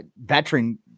veteran